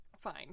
Fine